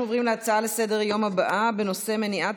אנחנו עוברים להצעה לסדר-היום בנושא: מניעת